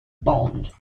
bond